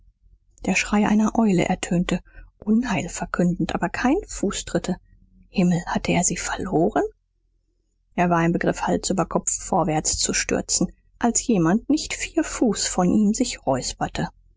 der schrei einer eule ertönte unheilverkündend aber keine fußtritte himmel hatte er sie verloren er war im begriff hals über kopf vorwärts zu stürzen als jemand nicht vier fuß vor ihm sich räusperte